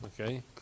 Okay